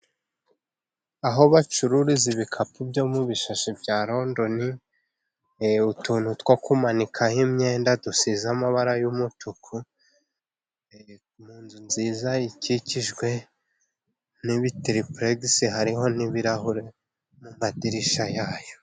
Aho bacururiza ibikapu byo mu bishashi bya rondoni, reba utuntu two kumanikaho imyenda dusize amabara y'umutuku, mu nzu nziza ikikijwe n'ibitiripuregisi, hariho n'ibirahuri mu madirisha yayo.